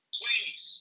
please